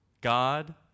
God